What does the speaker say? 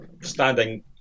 standing